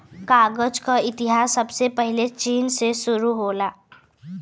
कागज क इतिहास सबसे पहिले चीन से शुरु होला